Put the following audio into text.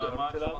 הבנקים.